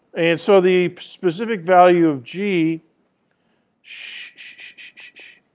and so the specific value of g shhh.